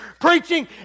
preaching